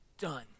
done